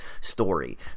story